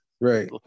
right